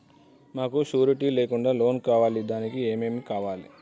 మాకు షూరిటీ లేకుండా లోన్ కావాలి దానికి ఏమేమి కావాలి?